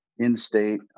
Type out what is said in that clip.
In-state